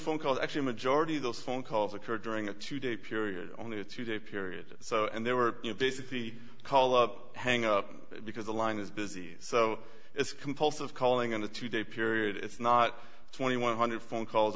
phone calls actually majority of those phone calls occurred during a two day period on a two day period so and they were basically call up hang up because the line is busy so it's compulsive calling and a two day period it's not two thousand one hundred phone call